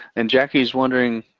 and jackie's wondering,